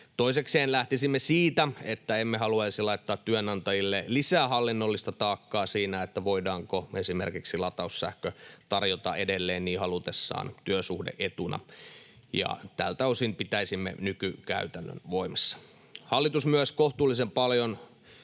Toisekseen lähtisimme siitä, että emme haluaisi laittaa työnantajille lisää hallinnollista taakkaa siinä, voidaanko esimerkiksi lataussähkö tarjota edelleen niin halutessaan työsuhde-etuna. Tältä osin pitäisimme nykykäytännön voimassa. Hallitus myös kohtuullisen paljon